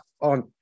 on